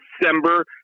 December